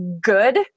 good